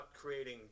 creating